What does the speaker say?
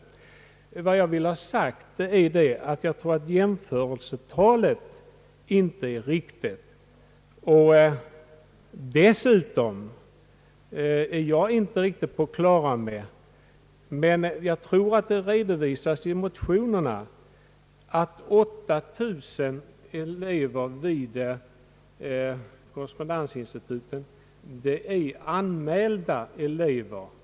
Vad jag vill ha sagt är att jag tror att jämförelsetalet inte är riktigt, och dessutom förmodar jag att de 8 000 elever vid korrespondensinstituten som redovisas i motionerna är anmälda elever.